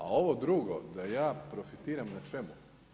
A ovo drugo, da ja profitiram na čemu?